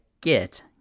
get